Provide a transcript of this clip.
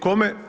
Kome?